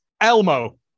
Elmo